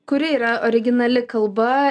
kuri yra originali kalba